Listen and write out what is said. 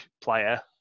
player